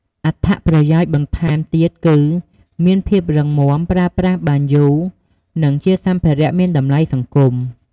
អត្ថប្រយោជន៍បន្ថែមទៀតគឺមានភាពរឹងមាំ ប្រើប្រាស់បានយូរ និងជាសម្ភារៈមានតម្លៃសង្គម។